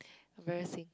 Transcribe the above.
very thing